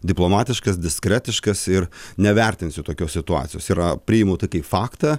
diplomatiškas diskretiškas ir nevertinsiu tokios situacijos yra priimu tai kaip faktą